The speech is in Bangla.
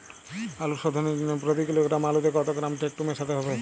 আলু শোধনের জন্য প্রতি কিলোগ্রাম আলুতে কত গ্রাম টেকটো মেশাতে হবে?